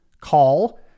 call